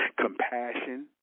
Compassion